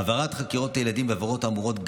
העברת חקירות ילדים בעבירות האמורות,